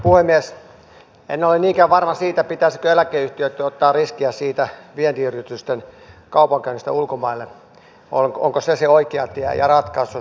en ole niinkään varma siitä pitäisikö eläkeyhtiöitten ottaa riskiä vientiyritysten kaupankäynnistä ulkomaille onko se se oikea tie ja ratkaisu